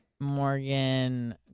Morgan